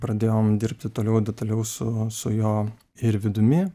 pradėjom dirbti toliau detaliau su su jo ir vidumi